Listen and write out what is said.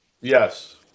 Yes